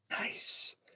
Nice